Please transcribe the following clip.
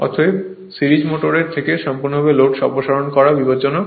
অতএব সিরিজের মোটর থেকে সম্পূর্ণভাবে লোড অপসারণ করা বিপজ্জনক